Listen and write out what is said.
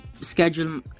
schedule